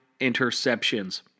interceptions